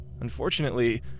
Unfortunately